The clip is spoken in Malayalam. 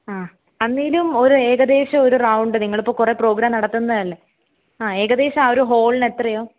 ആ അന്നേലും ഒരു ഏകദേശം ഒരു റൗണ്ട് നിങ്ങളിപ്പോൾ കുറെ പ്രോഗ്രാം നടത്തുന്നത് അല്ലേ ആ ഏകദേശം ആ ഒരു ഹോളിന് എത്രയാവും